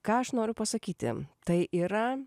ką aš noriu pasakyti tai yra